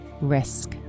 risk